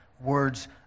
words